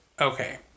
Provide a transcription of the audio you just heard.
Okay